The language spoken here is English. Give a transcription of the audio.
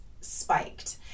spiked